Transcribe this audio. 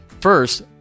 First